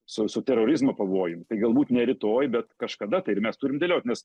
su su terorizmo pavojum galbūt ne rytoj bet kažkada tai ir mes turim dėliot nes